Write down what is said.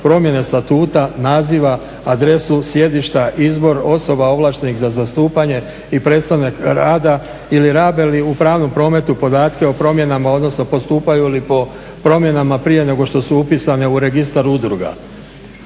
promjene statuta, naziva, adresu sjedišta, izbor osoba ovlaštenih za zastupanje i prestanak rada ili rabe li u pravnom prometu podatke o promjenama odnosno postupaju li po promjenama prije nešto su upisane u registar udruga.